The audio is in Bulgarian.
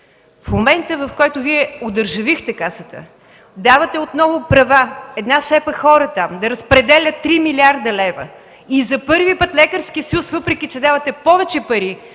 В момента, в който Вие одържавихте Касата, давате отново права на една шепа хора да разпределят 3 млрд. лв. За първи път Лекарският съюз, въпреки че давате повече пари,